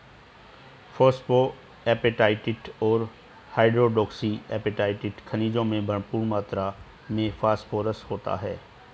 phosphoapatite और hydroxy apatite खनिजों में भरपूर मात्र में फोस्फोरस होता है